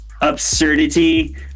absurdity